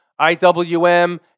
IWM